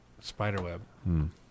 Spiderweb